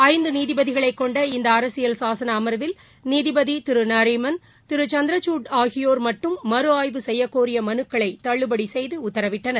ஐந்துநீதிபதிகளைக் கொண்ட இந்தஅரசியல் சாசனஅமா்வில் நீதிபதிதிருநரிமன் திருசந்திரசூட் ஆகியோர் மட்டும் மறு ஆய்வு செய்யக்கோரியமனுக்களைதள்ளுபடிசெய்தஉத்தரவிட்டனர்